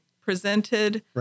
presented